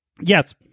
yes